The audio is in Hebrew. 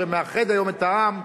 שמאחד היום את העם,